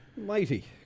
Mighty